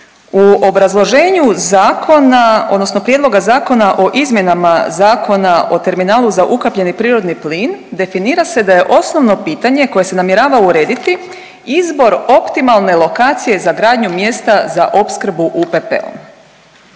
u obrazloženju zakona odnosno Prijedloga Zakona o izmjenama Zakona o terminalu za ukapljeni prirodni plin definira se da je osnovno pitanje koje se namjerava urediti izbor optimalne lokacije za gradnju mjesta za opskrbu UPP-om.